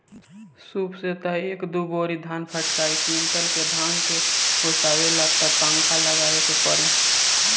सूप से त एक दू बोरा ही धान फटकाइ कुंयुटल के धान के ओसावे ला त पंखा लगावे के पड़ी